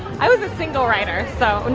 i was a single rider, so no,